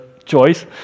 choice